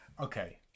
Okay